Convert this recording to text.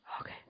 Okay